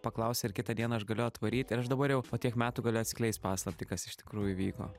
paklausei ar kitą dieną aš galiu atvaryt ir aš dabar jau po tiek metų galiu atskleist paslaptį kas iš tikrųjų įvyko